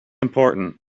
important